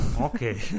Okay